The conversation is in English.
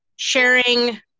sharing